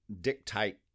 dictate